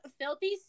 Filthy